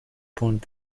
پوند